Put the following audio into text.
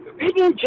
people